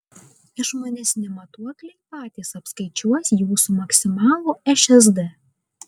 išmanesni matuokliai patys apskaičiuos jūsų maksimalų šsd